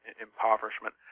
impoverishment